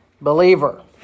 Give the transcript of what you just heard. believer